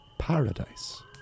paradise